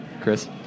Chris